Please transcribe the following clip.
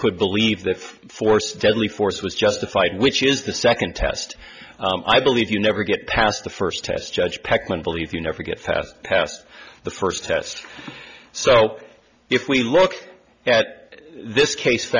could believe that force deadly force was justified which is the second test i believe you never get past the first test judge peckman believe you never get fast past the first test so if we look at this case